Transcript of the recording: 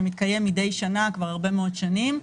שמתקיים מידי שנה כבר הרבה מאוד שנים.